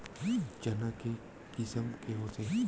चना के किसम के होथे?